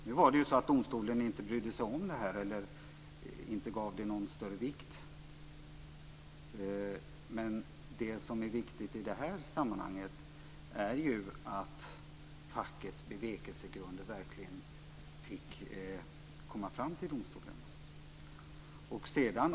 Nu tillmätte domstolen det ingen större vikt, men det som är viktigt i detta sammanhang är att uppgifterna om fackets bevekelsegrunder verkligen kom fram till domstolen.